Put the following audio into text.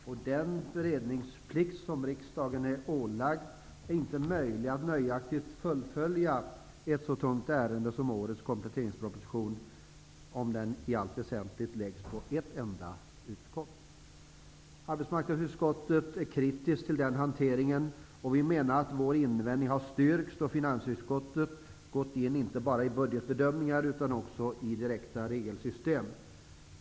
Med den beredningsplikt som riksdagen är ålagd är det inte möjligt att nöjaktigt fullfölja ett så tungt ärende som årets kompletteringsproposition om den i allt väsentligt läggs på ett enda utskott. Arbetsmarknadsutskottet är kritiskt till denna hantering. Vår invändning har styrkts av att finansutskottet inte bara gått in i budgetbedömningar utan också i direkta regelsystem.